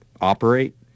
operate